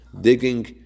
digging